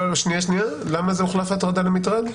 למה החולף "הטרדה" ל"מטרד"?